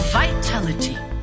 vitality